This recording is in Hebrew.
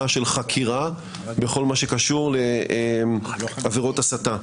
של חקירה בכל מה שקשור לעבירות הסתה.